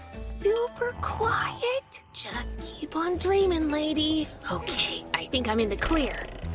super quiet, just keep on dreaming, lady, okay, i think i'm in the clear!